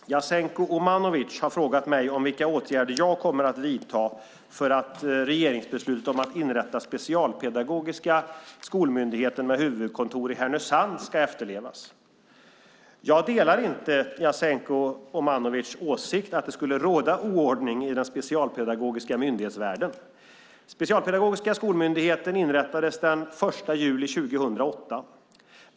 Herr talman! Jasenko Omanovic har frågat mig om vilka åtgärder jag kommer att vidta för att regeringsbeslutet om att inrätta Specialpedagogiska skolmyndigheten med huvudkontor i Härnösand ska efterlevas. Jag delar inte Jasenko Omanovics åsikt att det skulle råda oordning i den specialpedagogiska myndighetsvärlden. Specialpedagogiska skolmyndigheten inrättades den 1 juli 2008.